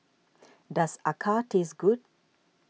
does Acar taste good